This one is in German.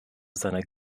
seiner